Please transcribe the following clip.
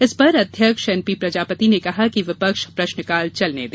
इस पर अध्यक्ष एन पी प्रजापति ने कहा कि विपक्ष प्रश्नकाल चलने दे